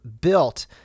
built